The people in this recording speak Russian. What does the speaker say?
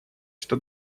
что